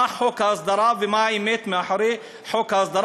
מהו חוק ההסדרה ומה האמת מאחורי חוק ההסדרה,